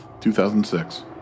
2006